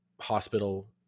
hospital